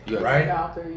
right